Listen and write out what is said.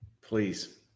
Please